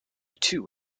two